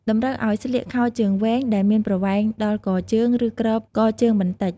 តម្រូវឱ្យស្លៀក ខោជើងវែង ដែលមានប្រវែង ដល់កជើង ឬគ្របកជើងបន្តិច។